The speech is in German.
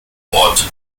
ort